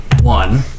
one